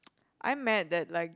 I'm mad that like